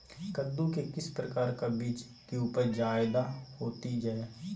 कददु के किस प्रकार का बीज की उपज जायदा होती जय?